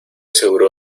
seguro